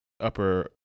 upper